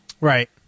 Right